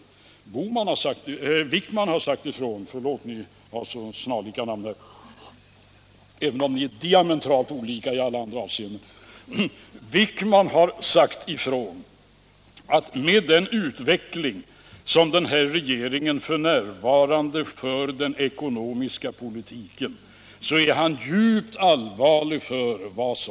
Herr Bohman har sagt ifrån; förlåt, herr Wickman har sagt ifrån — ni har så snarlika namn, även om ni är diametralt olika i andra avseenden —- att han är djupt oroad för vad som skall hända på grund av det sätt på vilket den här regeringen f.n. för den ekonomiska politiken.